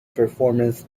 performance